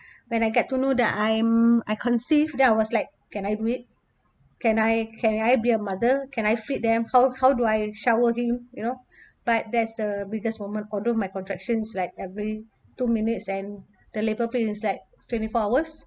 when I get to know that I'm I conceived then I was like can I do it can I can I be a mother can I feed them how how do I shower him you know but that's the biggest moment although my contractions like every two minutes and the labour pain is like twenty four hours